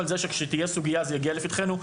על כך שכאשר תהיה סוגייה היא תגיע לפתחנו,